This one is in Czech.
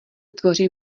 tvoří